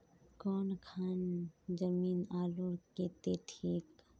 कौन खान जमीन आलूर केते ठिक?